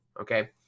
okay